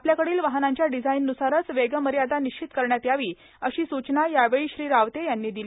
आपल्याकडील वाहनांच्या डिझाईन न्रसारच वेगमर्यादा निश्चित करण्यात यावी अशी सूचना यावेळी श्री रावते यांनी दिली